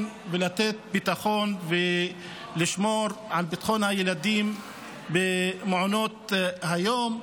ולתת ביטחון ולשמור על ביטחון הילדים במעונות היום.